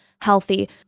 healthy